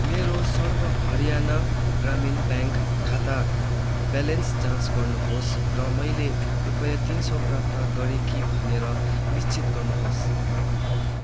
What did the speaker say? मेरो सर्व हरियाणा ग्रामीण ब्याङ्क खाता ब्यालेन्स जाँच गर्नु होस् र मैले रुपियाँ तिन सय प्राप्त गरेँ कि भनेर निश्चित गर्नु होस्